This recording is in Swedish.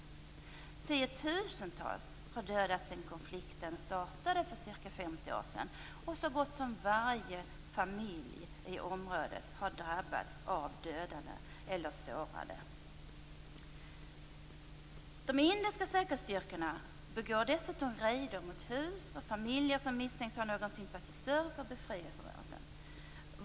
Tiotusentals har dödats sedan konflikten startade för ca 50 år sedan. Så gott som varje familj i området har drabbats av dödade eller sårade. De indiska säkerhetsstyrkorna begår dessutom räder mot hus och familjer som misstänks ha någon sympatisör för befrielserörelsen.